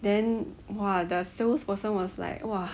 then !wah! the salesperson was like !wah!